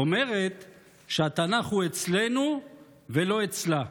אומרת שהתנ"ך הוא אצלנו ולא אצלה.